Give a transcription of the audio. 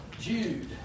Jude